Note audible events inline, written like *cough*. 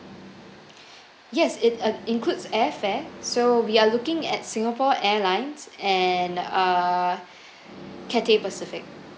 *breath* yes it uh includes airfare so we are looking at singapore airlines and err *breath* cathay pacific